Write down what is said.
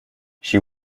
she